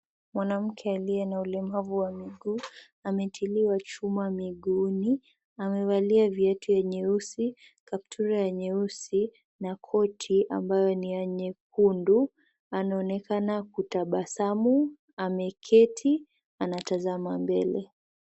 Mwanamke aliye na ulemavu wa mguu ametiliwa chuma miguuni . Amevalia viatu ya nyeusi, kaptura ya nyeusi na koti ambayo ni ya nyekundu, anaonekana kutabasamu ameketi anatazama mbele.